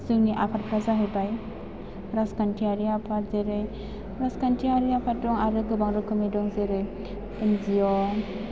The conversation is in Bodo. जोंनि आफादफ्रा जाहैबाय राजखान्थियारि आफाद जेरै राजखान्थियारि आफाद दं आरो गोबां रोखोमनि दं जेरै एन जि अ